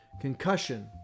Concussion